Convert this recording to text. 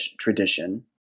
tradition